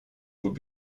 were